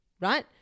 right